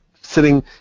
Sitting